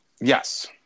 yes